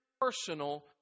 personal